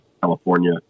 California